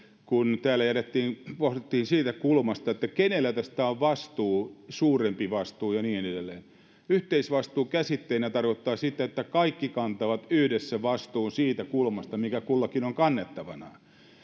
kun täällä pohdittiin siitä kulmasta että kenellä tästä on vastuu suurempi vastuu ja niin edelleen yhteisvastuu käsitteenä tarkoittaa sitä että kaikki kantavat yhdessä vastuun siitä kulmasta mikä kullakin on kannettavanaan